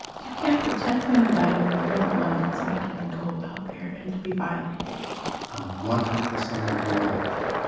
you can't protect anybody when you're the one that's making them go out there and to be violated i'm one hundred percent in agreement with you.